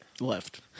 left